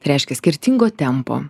reiškia skirtingo tempo